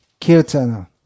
Kirtana